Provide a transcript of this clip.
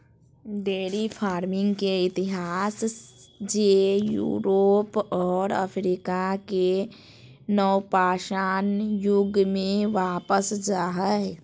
dairy farming के इतिहास जे यूरोप और अफ्रीका के नवपाषाण युग में वापस जा हइ